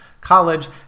college